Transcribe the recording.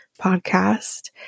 podcast